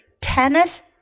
tennis